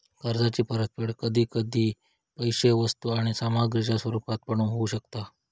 कर्जाची परतफेड कधी कधी पैशे वस्तू किंवा सामग्रीच्या रुपात पण होऊ शकता